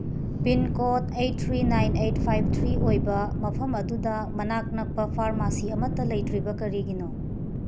pin code eight three nine eight five three ꯑꯣꯏꯕ ꯃꯐꯝ ꯑꯗꯨꯗ ꯃꯅꯥꯛ ꯅꯛꯄ ꯐꯥꯔꯃꯥꯁꯤ ꯑꯃꯠꯇ ꯂꯩꯇ꯭ꯔꯤꯕ ꯀꯔꯤꯒꯤꯅꯣ